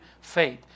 faith